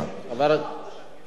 בבקשה, חברי הכנסת.